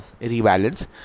rebalance